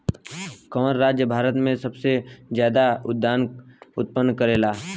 कवन राज्य भारत में सबसे ज्यादा खाद्यान उत्पन्न करेला?